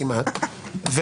כמעט,